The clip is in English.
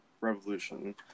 revolution